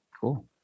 Cool